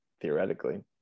theoretically